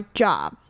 job，